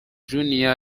junior